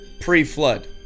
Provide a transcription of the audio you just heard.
pre-flood